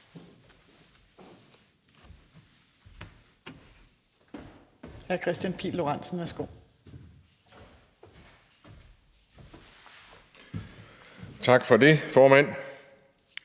Tak for det, formand.